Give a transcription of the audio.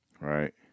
Right